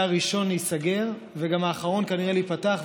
ראשון להיסגר וגם האחרון כנראה להיפתח,